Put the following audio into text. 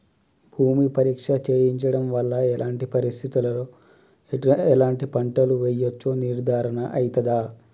భూమి పరీక్ష చేయించడం వల్ల ఎలాంటి పరిస్థితిలో ఎలాంటి పంటలు వేయచ్చో నిర్ధారణ అయితదా?